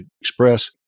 express